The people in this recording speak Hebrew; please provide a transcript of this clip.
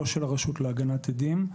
לא של הרשות להגנת עדים.